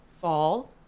fall